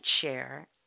share